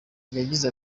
yagize